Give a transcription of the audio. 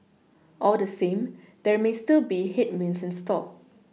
all the same there may still be headwinds in store